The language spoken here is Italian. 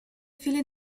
fili